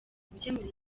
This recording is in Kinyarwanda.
gukemura